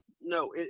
No